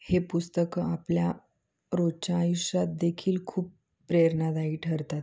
हे पुस्तकं आपल्या रोजच्या आयुष्यात देेखील खूप प्रेरणादायी ठरतात